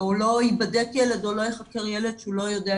או לא ייבדק ילד או לא ייחקר ילד שלא